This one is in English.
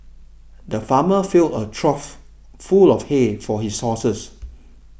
the farmer filled a trough full of hay for his horses